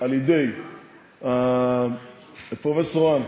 על ידי פרופ' האן,